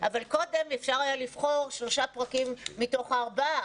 אבל קודם אפשר היה לבחור שלושה פרקים מתוך הארבעה,